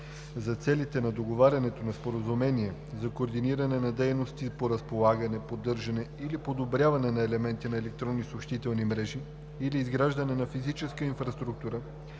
за целите на договарянето на споразумения за координиране на дейности по разполагане, поддържане или подобряване на елементи на електронни съобщителни мрежи или изграждане на физическа инфраструктура